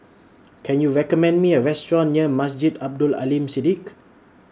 Can YOU recommend Me A Restaurant near Masjid Abdul Aleem Siddique